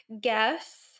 guess